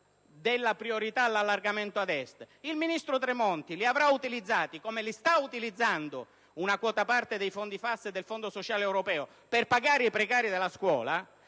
della priorità all'allargamento ad Est, il ministro Tremonti li avrà utilizzati (come sta facendo per una parte del fondo FAS e del Fondo sociale europeo) per pagare i precari della scuola